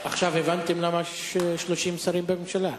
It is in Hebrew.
עכשיו הבנתם למה יש 30 שרים בממשלה?